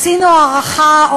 עשינו הערכה,